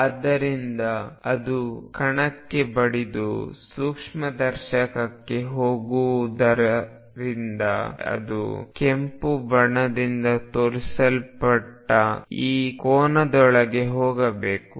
ಆದ್ದರಿಂದ ಅದು ಕಣಕ್ಕೆ ಬಡಿದು ಸೂಕ್ಷ್ಮದರ್ಶಕಕ್ಕೆ ಹೋಗುವುದರಿಂದ ಕಣವನ್ನು ಹೊಡೆಯುವ ಬೆಳಕು ಸೂಕ್ಷ್ಮದರ್ಶಕಕ್ಕೆ ಹೋದರೆ ಅದು ಕೆಂಪು ಬಣ್ಣದಿಂದ ತೋರಿಸಲ್ಪಟ್ಟ ಈ ಕೋನದೊಳಗೆ ಹೋಗಬೇಕು